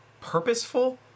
purposeful